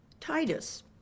Titus